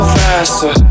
faster